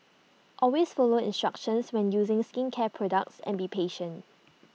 always follow instructions when using skincare products and be patient